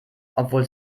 obwohl